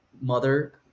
mother